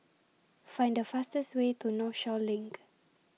Find The fastest Way to Northshore LINK